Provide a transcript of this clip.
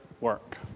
work